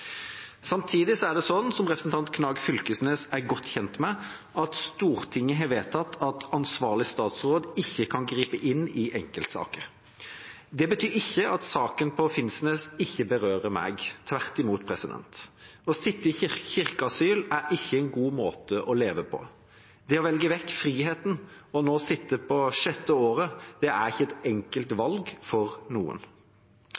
Samtidig er det sånn, som representanten Knag Fylkesnes er godt kjent med, at Stortinget har vedtatt at ansvarlig statsråd ikke kan gripe inn i enkeltsaker. Det betyr ikke at saken på Finnsnes ikke berører meg, tvert imot – å sitte i kirkeasyl er ikke en god måte å leve på. Det å velge vekk friheten og nå sitte på sjette året er ikke et enkelt